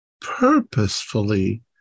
purposefully